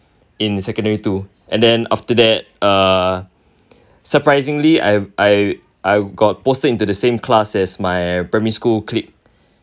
in secondary school and then after that uh surprisingly I I I got posted into the same class as my primary school clique